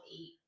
eight